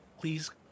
Please